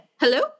Hello